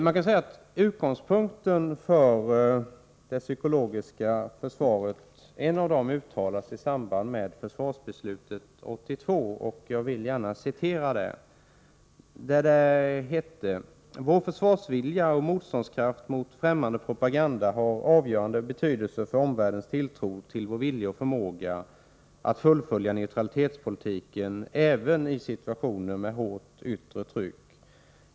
Man kan säga att en av utgångspunkterna för det psykologiska försvaret uttalas i samband med försvarsbeslutet 1982: ”Vår försvarsvilja och motståndskraft mot främmande propaganda har avgörande betydelse för omvärldens tilltro till vår vilja och förmåga att fullfölja neutralitetspolitiken även i situationer med hårt yttre tryck.